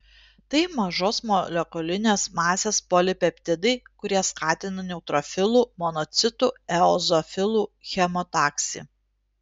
tai mažos molekulinės masės polipeptidai kurie skatina neutrofilų monocitų eozinofilų chemotaksį